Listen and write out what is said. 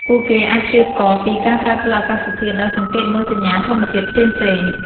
ពួកគេអាចព្យាករណ៍ពីការប្រែប្រួលអាកាសធាតុដោយសង្កេតមើលសញ្ញាធម្មជាតិផ្សេងៗ។